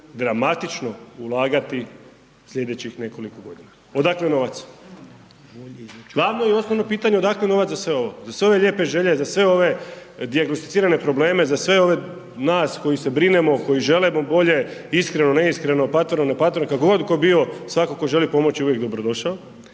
dramatično ulagati slijedećih nekoliko godina, odakle novac? Glavno i osnovno pitanje odakle novac za sve ovo, za ove lijepe želje, za sve ove dijagnosticirane probleme, za sve ove nas koji se brinemo koji želimo bolje, iskreno, neiskretno, …/nerazumljivo/… kako god tko bio svatko tko želi pomoći je uvijek dobrodošao.